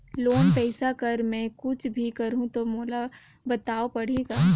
Loan पइसा कर मै कुछ भी करहु तो मोला बताव पड़ही का?